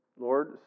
Lord